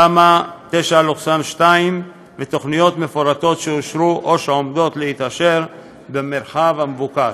תמ"א 9/2 ותוכניות מפורטות שאושרו או שעומדות להתאשר במרחב המבוקש.